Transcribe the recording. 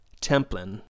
Templin